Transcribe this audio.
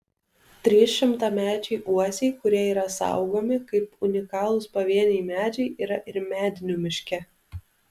trys šimtamečiai uosiai kurie yra saugomi kaip unikalūs pavieniai medžiai yra ir medinių miške